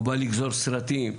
או בא לגזור סרטים,